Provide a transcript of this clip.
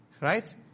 Right